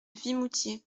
vimoutiers